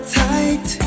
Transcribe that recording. tight